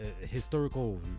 historical